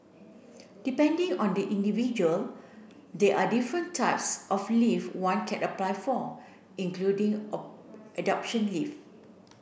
depending on the individual there are different types of leave one can apply for including adoption leave